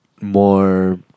more